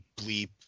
bleep